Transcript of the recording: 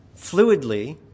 fluidly